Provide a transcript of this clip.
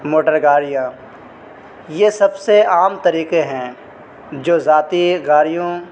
motor گاڑیاں یہ سب سے عام طریقے ہیں جو ذاتی گاڑیوں